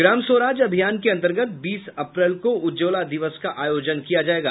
ग्राम स्वराज अभियान के अंतर्गत बीस अप्रैल को उज्ज्वला दिवस का आयोजन किया जायेगा